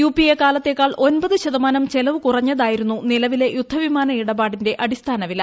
U P A കാലത്തേക്കാൾ ഒൻപത് ശതമാനം ചെലവു കുറഞ്ഞതായിരുന്നു നിലവിലെ യുദ്ധവിമാന ഇടപാടിന്റെ അടിസ്ഥാനവില